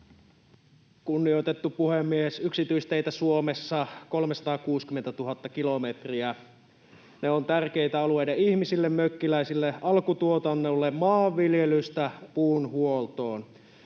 Kunnioitettu puhemies! Yksityisteitä on Suomessa 360 000 kilometriä. Ne ovat tärkeitä alueiden ihmisille, mökkiläisille, alkutuotannolle maanviljelystä puunhuoltoon.